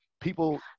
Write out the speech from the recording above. People